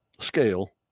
Scale